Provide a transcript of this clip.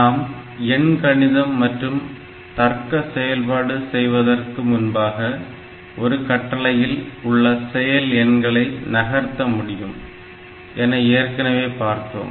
நாம் எண் கணிதம் மற்றும் தர்க்க செயல்பாடு செய்வதற்கு முன்பாக ஒரு கட்டளையில் உள்ள செயல் எண்களை நகர்த்த முடியும் என ஏற்கனவே பார்த்தோம்